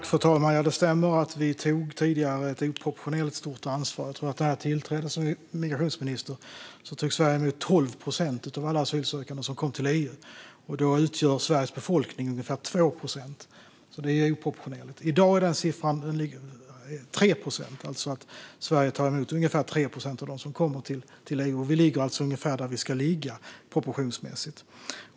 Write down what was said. Fru talman! Det stämmer att Sverige tidigare tog ett oproportionerligt ansvar. När jag tillträdde som migrationsminister tog Sverige emot 12 procent av alla asylsökande som kom till EU. Då utgör Sveriges befolkning ungefär 2 procent. Det är oproportionerligt. I dag tar Sverige emot ungefär 3 procent av dem som kommer till EU, och vi ligger alltså ungefär där vi ska ligga proportionsmässigt.